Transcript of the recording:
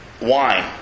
Wine